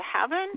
heaven